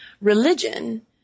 religion